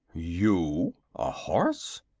you, a horse!